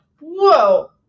Whoa